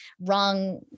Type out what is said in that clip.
wrong